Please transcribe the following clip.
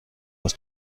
aus